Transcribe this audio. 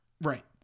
Right